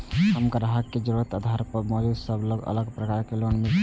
हम ग्राहक के जरुरत के आधार पर मौजूद सब अलग प्रकार के लोन मिल सकये?